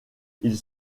ils